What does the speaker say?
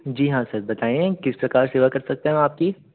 जी हाँ सर बताएँ किस प्रकार सेवा कर सकते हैं हम आपकी